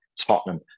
Tottenham